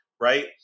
right